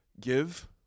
give